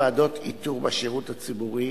ועדות איתור בשירות הציבורי,